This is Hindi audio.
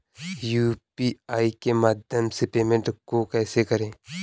यू.पी.आई के माध्यम से पेमेंट को कैसे करें?